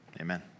amen